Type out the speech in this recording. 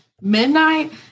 midnight